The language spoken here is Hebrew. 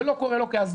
זה לא קורה לא כהזנחה,